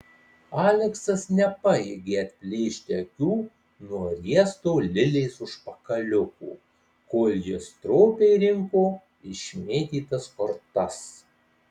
aleksas nepajėgė atplėšti akių nuo riesto lilės užpakaliuko kol ji stropiai rinko išmėtytas kortas